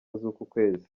z’ukwezi